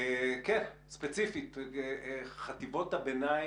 ספציפית, חטיבות הביניים.